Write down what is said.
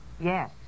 Yes